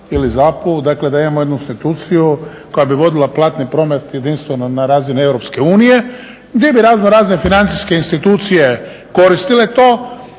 ili ZAP-u dakle, da imamo jednu institucija koja bi vodila platni promet jedinstveno na razini Europske unije, gdje bi raznorazne financijske institucije koristile to